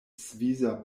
svisa